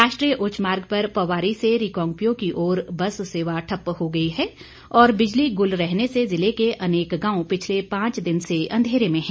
राष्ट्रीय उच्च मार्ग पर पवारी से रिकांगपिओ की ओर बस सेवा ठप्प हो गई है और बिजली गुल रहने से जिले के अनेक गांव पिछले पांच दिन से अंधेरे में है